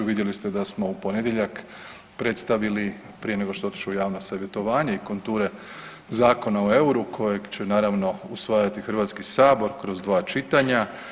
Vidjeli ste da smo u ponedjeljak predstavili prije nego što je otišao u javno savjetovanje i konture Zakona o euru kojeg će naravno usvajati HS kroz dva čitanja.